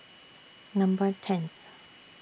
Number tenth